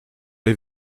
les